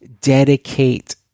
dedicate